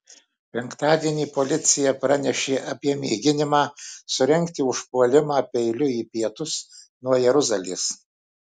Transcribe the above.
penktadienį policija pranešė apie mėginimą surengti užpuolimą peiliu į pietus nuo jeruzalės